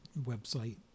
website